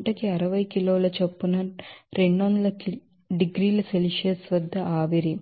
గంటకు 60 కిలోల చొప్పున 200 డిగ్రీల సెల్సియస్ వద్ద ఆవిరి